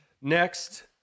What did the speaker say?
Next